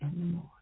anymore